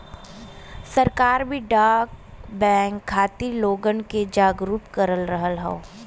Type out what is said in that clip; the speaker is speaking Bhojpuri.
सरकार भी डाक बैंक खातिर लोगन क जागरूक कर रहल हौ